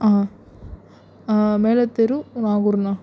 ஆ மேலத்தெரு நாகூர் அண்ணா